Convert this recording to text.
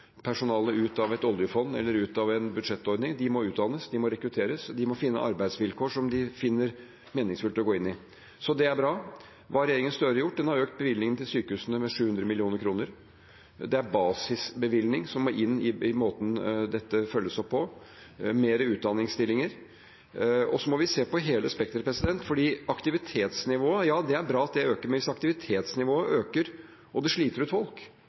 ut av et oljefond eller ut av en budsjettordning. De må utdannes, de må rekrutteres, og det må være arbeidsvilkår som de finner det meningsfylt å gå inn i. Så det er bra. Hva har Støre-regjeringen gjort? Den har økt bevilgningene til sykehusene med 700 mill. kr. Det er basisbevilgning som må inn i måten dette følges opp på – flere utdanningsstillinger. Så må vi se på hele spekteret, for ja, det er bra at aktivitetsnivået øker, men hvis aktivitetsnivået øker og det sliter ut folk,